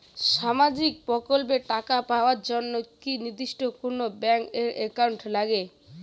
সামাজিক প্রকল্পের টাকা পাবার জন্যে কি নির্দিষ্ট কোনো ব্যাংক এর একাউন্ট লাগে?